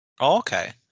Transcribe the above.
okay